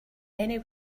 many